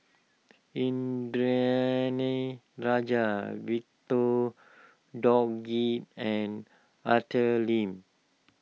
Indranee Rajah Victor Doggett and Arthur Lim